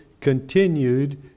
continued